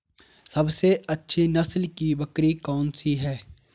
सबसे अच्छी नस्ल की बकरी कौन सी है?